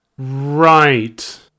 right